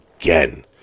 again